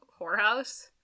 whorehouse